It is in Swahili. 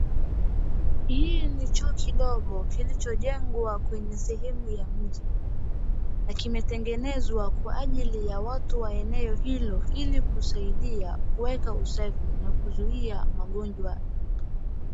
Hii ni choo kidogo kilichojengwa kwenye sehemu ya mji. Na kimetengenezwa kwa ajili ya watu wa eneo hilo ili kusaidia kueka usafi na kuzuia magonjwa.